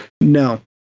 No